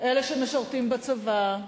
אלה שמשרתים בצבא,